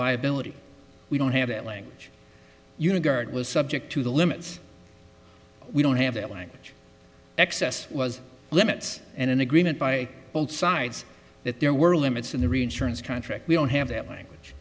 liability we don't have that language unitard was subject to the limits we don't have that language excess was limits and an agreement by both sides that there were limits in the reinsurance contract we don't have that language